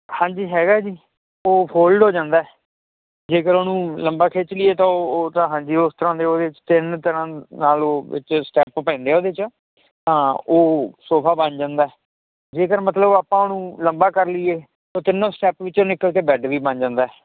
ਹਾਂਜੀ ਹੈਗਾ ਜੀ ਉਹ ਫੋਲਡ ਹੋ ਜਾਂਦਾ ਐ ਜੇਕਰ ਉਹਨੂੰ ਲੰਬਾ ਖਿੱਚ ਲਈਏ ਤਾਂ ਉਹ ਤਾਂ ਹਾਂਜੀ ਓਸ ਤਰ੍ਹਾਂ ਦੇ ਉਹਦੇ ਚ ਤਿੰਨ ਤਰ੍ਹਾਂ ਨਾਲ ਉਹ ਸਟੈਪ ਪੈਂਦੇ ਐ ਉਹਦੇ ਚ ਹਾਂ ਉਹ ਸੋਫਾ ਬਣ ਜਾਂਦਾ ਐ ਜੇਕਰ ਮਤਲਬ ਆਪਾਂ ਉਹਨੂੰ ਲੰਬਾ ਕਰ ਲਈਏ ਤਾਂ ਤਿੰਨੋਂ ਸਟੈਪ ਵਿੱਚੋਂ ਨਿੱਕਲ ਕੇ ਬੈੱਡ ਵੀ ਬਣ ਜਾਂਦਾ ਐ